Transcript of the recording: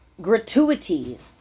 gratuities